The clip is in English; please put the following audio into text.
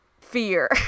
fear